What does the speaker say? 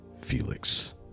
Felix